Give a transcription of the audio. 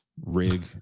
rig